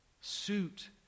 suit